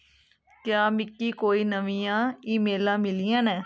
क्या मिगी कोई नमियां ईमेलां मिलियां न